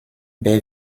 baie